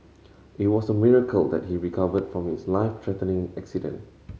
it was a miracle that he recovered from his life threatening accident